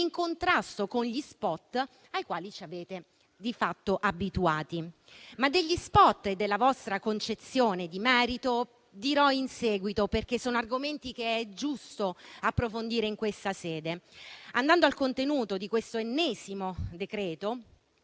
contrasto con gli *spot* ai quali ci avete di fatto abituati. Tuttavia degli *spot* e della vostra concezione di merito dirò in seguito, perché sono argomenti che è giusto approfondire in questa sede. Andando al contenuto di questo ennesimo decreto-legge,